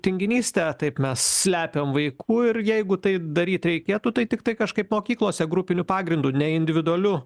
tinginystę taip mes slepiam vaikų ir jeigu tai daryt reikėtų tai tiktai kažkaip mokyklose grupiniu pagrindu ne individualiu